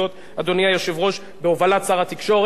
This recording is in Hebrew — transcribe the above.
בעיקר במחצית הראשונה של הקדנציה.